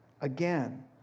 Again